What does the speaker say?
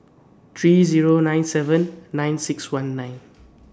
three Zero nine seven nine six one nine